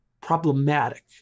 problematic